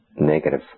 negative